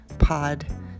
Pod